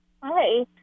Hi